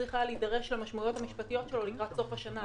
צריך היה להידרש במשמעויות המשפטיות שלו לקראת סוף השנה.